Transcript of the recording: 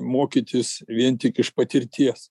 mokytis vien tik iš patirties